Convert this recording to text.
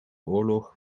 oorlog